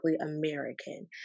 American